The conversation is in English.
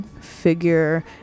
figure